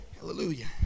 Hallelujah